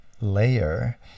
layer